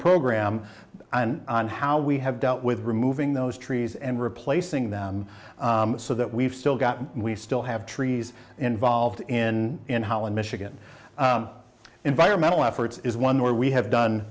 program on how we have dealt with removing those trees and replacing them so that we've still got we still have trees involved in in holland michigan environmental efforts is one where we have done